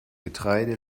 getreide